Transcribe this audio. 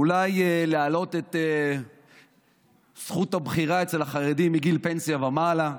אולי להעלות את זכות הבחירה אצל החרדים מגיל פנסיה ומעלה?